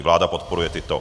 Vláda podporuje tyto.